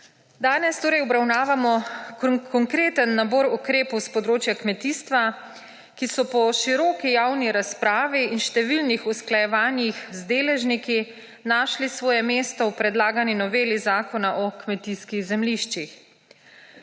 Danes torej obravnavamo konkreten nabor ukrepov s področja kmetijstva, ki so po široki javni razpravi in številnih usklajevanih z deležniki našli svoje mesto v predlagani noveli zakona o kmetijskih zemljiščih.